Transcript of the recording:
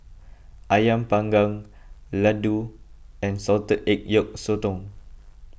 Ayam Panggang Laddu and Salted Egg Yolk Sotong